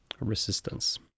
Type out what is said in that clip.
resistance